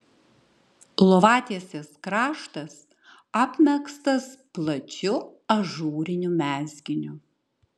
lovatiesės kraštas apmegztas plačiu ažūriniu mezginiu